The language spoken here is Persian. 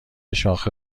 شاخه